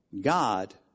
God